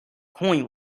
coin